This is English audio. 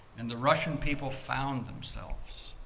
and the russian people found themselves.